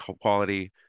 quality